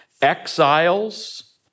exiles